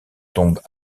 tombent